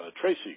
Tracy